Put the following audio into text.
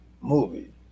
movie